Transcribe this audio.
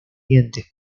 dientes